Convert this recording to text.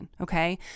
okay